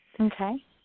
Okay